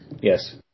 Yes